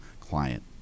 client